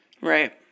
Right